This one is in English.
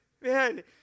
man